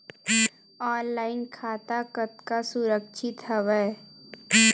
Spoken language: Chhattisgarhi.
ऑनलाइन खाता कतका सुरक्षित हवय?